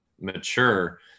mature